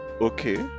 okay